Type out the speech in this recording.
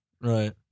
Right